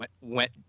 Went